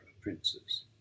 princes